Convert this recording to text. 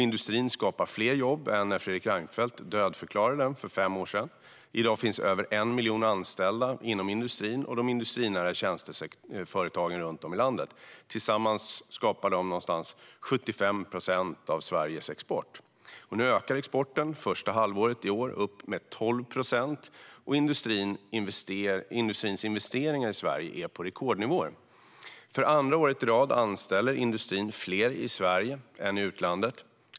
Industrin skapar fler jobb än när Fredrik Reinfeldt dödförklarade den för fem år sedan. I dag finns över 1 miljon anställda inom industrin och de industrinära tjänsteföretagen runt om i landet. Tillsammans skapar de ungefär 75 procent av Sveriges export. Nu ökar exporten. Första halvåret i år gick den upp med 12 procent, och industrins investeringar i Sverige är på rekordnivåer. För andra året i rad anställer industrin fler i Sverige än i utlandet.